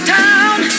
town